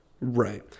Right